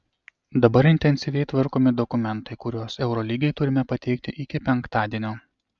dabar intensyviai tvarkomi dokumentai kuriuos eurolygai turime pateikti iki penktadienio